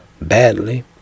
badly